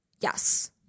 Yes